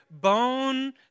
bone